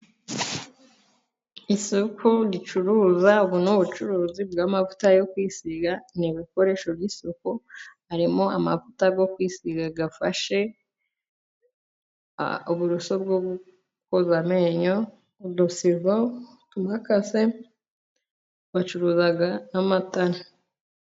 Isoko ricuruza ubu ni ubucuruzi bw'amavuta yo kwisiga n'ibikoresho by'isuku , harimo amavuta yo kwisiga afashe , uburoso bwo koza amenyo, udusizo, imakasi, bacuruza n'amatara.